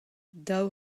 daou